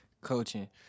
Coaching